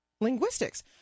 linguistics